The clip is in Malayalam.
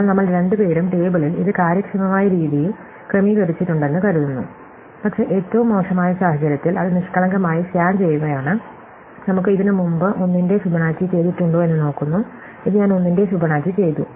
അതിനാൽ നമ്മൾ രണ്ടുപേരും ടേബിളിൽ ഇത് കാര്യക്ഷമമായ രീതിയിൽ ക്രമീകരിച്ചിട്ടുണ്ടെന്ന് കരുതുന്നു പക്ഷേ ഏറ്റവും മോശമായ സാഹചര്യത്തിൽ അത് നിഷ്കളങ്കമായി സ്കാൻ ചെയ്യുകയാണ് നമുക്ക് ഇതിനുമുമ്പ് 1 ന്റെ ഫിബൊനാച്ചി ചെയ്തിട്ടുണ്ടോ എന്ന് നോക്കുന്നു ഇത് ഞാൻ 1 ന്റെ ഫിബൊനാച്ചി ചെയ്തു